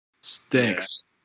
Stinks